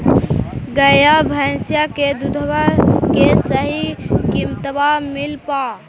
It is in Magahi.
गईया भैसिया के दूधबा के सही किमतबा मिल पा?